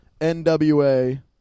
nwa